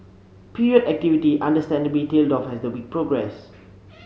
period activity understandably tailed off as the week progressed